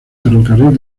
ferrocarril